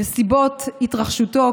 נסיבות התרחשות האסון,